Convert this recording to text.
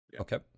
okay